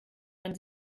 man